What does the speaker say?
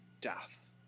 death